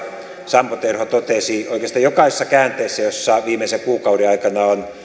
sampo terho totesi oikeastaan jokaisessa käänteessä jossa viimeisen kuukauden aikana on